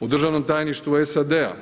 U Državnom tajništvu SAD-a